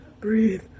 breathe